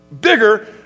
bigger